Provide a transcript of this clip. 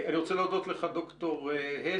אני רוצה להודות לד"ר הס